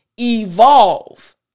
Evolve